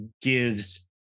gives